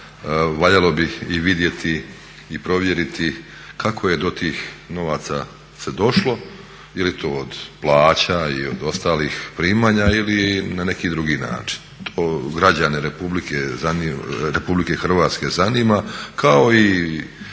valjalo bi i vidjeti i provjeriti kako je do tih novaca se došlo je li to od plaća i od ostalih primanja ili na neki drugi način. To građane Republike Hrvatske zanima kao i